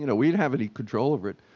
you know we'd have any control over it.